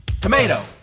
Tomato